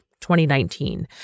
2019